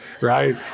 right